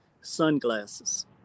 sunglasses